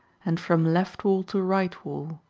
and from left wall to right wall.